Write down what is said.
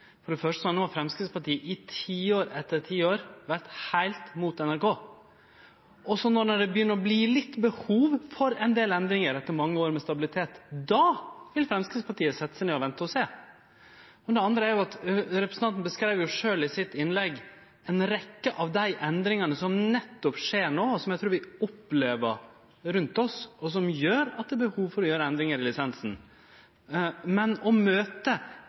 For det første har no Framstegspartiet i tiår etter tiår vore heilt mot NRK. Og så, når det begynner å verte litt behov for ein del endringar etter mange år med stabilitet, då vil Framstegspartiet setje seg ned og vente og sjå. Det andre er: Representanten beskreiv sjølv i sitt innlegg ei rekkje av dei endringane som nettopp skjer no, og som eg trur vi opplever rundt oss, som gjer at det er behov for å gjere endringar i lisensen. Men å møte